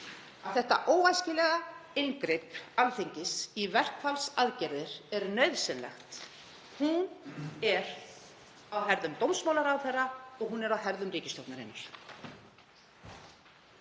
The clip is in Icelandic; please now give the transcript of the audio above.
þetta óæskilega inngrip Alþingis í verkfallsaðgerðir er nauðsynlegt er á herðum dómsmálaráðherra og hún er á herðum ríkisstjórnarinnar.